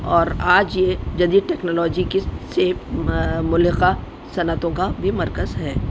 اور آج یہ جدید ٹیکنالوجی کی سے ملحقہ صنعتوں کا بھی مرکز ہے